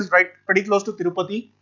is like pretty close to tirupati.